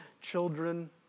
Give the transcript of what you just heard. children